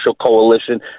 coalition